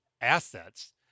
assets